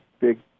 big